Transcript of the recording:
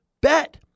bet